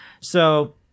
So-